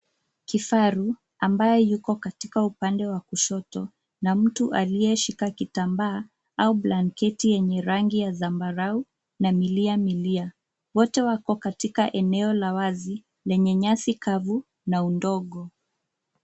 Kifaru ambaye yuko katika upande wa kushoto na mtu aliyeshika kitambaa au blanketi yenye rangi ya zambarau milia milia. Wote wako katika eneo la wazi lenye nyasi kavu na udongo.